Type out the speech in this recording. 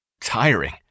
tiring